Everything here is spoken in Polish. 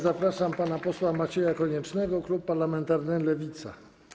Zapraszam pana posła Macieja Koniecznego, klub parlamentarny Lewica.